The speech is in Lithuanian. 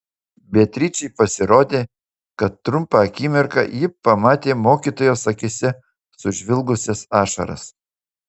beatričei pasirodė kad trumpą akimirką ji pamatė mokytojos akyse sužvilgusias ašaras